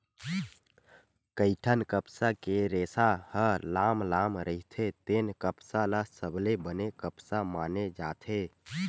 कइठन कपसा के रेसा ह लाम लाम रहिथे तेन कपसा ल सबले बने कपसा माने जाथे